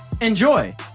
enjoy